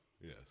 Yes